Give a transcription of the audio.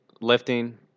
lifting